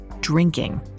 drinking